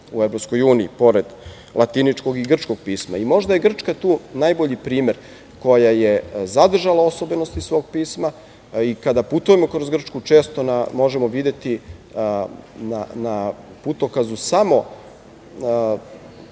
u Evropskoj uniji, pored latinskog i grčkog pisma. I možda je Grčka tu najbolji primer, koja je zadržala osobenosti svog pisma i kada putujemo kroz Grčku često možemo videti na putokazu samo